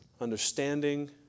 understanding